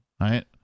right